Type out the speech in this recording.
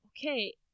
okay